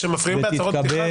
כשמפריעים בהצהרות פתיחה,